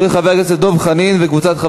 נתקבלה.